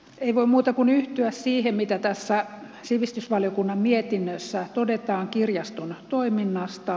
ei voi muuta kuin yhtyä siihen mitä tässä sivistysvaliokunnan mietinnössä todetaan kirjaston toiminnasta